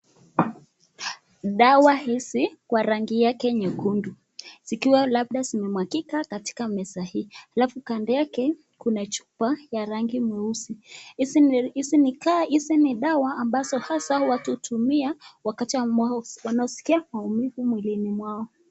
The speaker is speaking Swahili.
Dawa hizi kwa rangi yake nyekundu zikiwa labda zimemwangika katika meza hii alafu kando yake kuna chupa ya rangi nyeusi. Hizi ni dawa ambazo hasa watu hutumia wakati ambao wanasikia maumivu mwilini mwao.